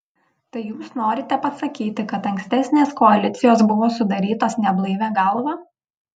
tai jūs norite pasakyti kad ankstesnės koalicijos buvo sudarytos neblaivia galva